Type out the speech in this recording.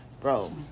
bro